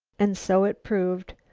and so it proved.